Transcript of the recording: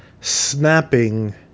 snapping